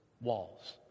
walls